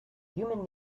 human